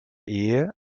ehe